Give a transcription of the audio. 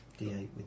d8